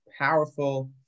powerful